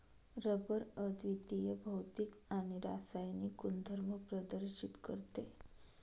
rubber अद्वितीय भौतिक आणि रासायनिक गुणधर्म प्रदर्शित करते